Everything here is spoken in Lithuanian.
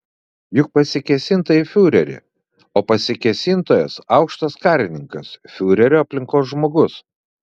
juk pasikėsinta į fiurerį o pasikėsintojas aukštas karininkas fiurerio aplinkos žmogus